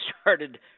started